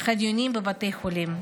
חניונים בבתי חולים.